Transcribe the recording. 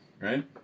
Right